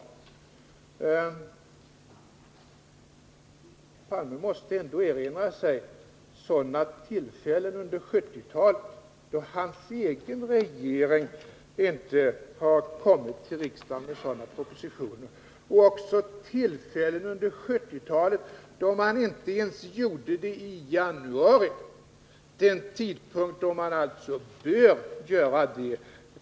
Olof Palme måste ändå kunna erinra sig tillfällen under 1970-talet, då hans egen regering inte har kommit till riksdagen med sådana propositioner, och även tillfällen under 1970-talet då man inte ens gjorde det i januari —den tidpunkt då man alltså bör göra det.